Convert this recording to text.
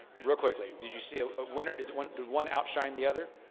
real quickly, did you see a winner? did one did one outshine the other?